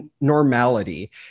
normality